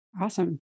Awesome